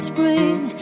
Spring